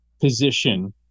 position